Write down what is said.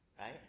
Right